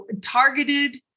Targeted